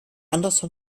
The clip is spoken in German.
andersson